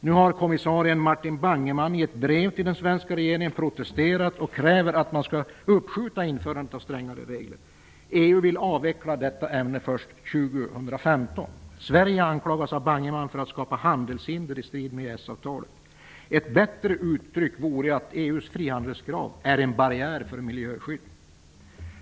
Nu har kommissionären Martin Bangemann i ett brev till den svenska regeringen protesterat och kräver att man skall uppskjuta införandet av strängare regler. EU vill avveckla detta ämne först år 2015. Sverige anklagas nu av Bangemann för att skapa handelshinder i strid med EES-avtalet. Ett bättre sätt att uttrycka saken vore att EU:s frihandelskrav är en barriär för miljöskydd.